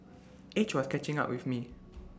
age was catching up with me